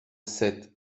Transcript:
sept